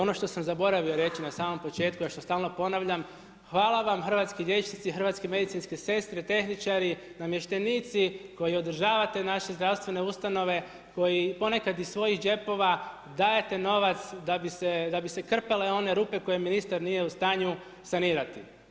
Ono što sam zaboravio reći na samom početku a što stalno ponavljam hvala vam hrvatski liječnici, hrvatske medicinske sestre, tehničari, namještenici koji održavate naše zdravstvene ustanove koji ponekad iz svojih džepova dajete novac da bi se krpale one rupe koje ministar nije u stanju sanirati.